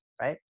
right